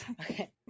Okay